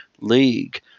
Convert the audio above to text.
league